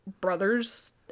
brothers